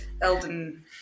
Elden